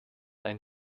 ein